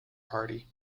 party